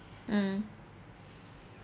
mm